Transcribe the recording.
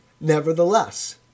Nevertheless